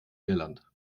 irland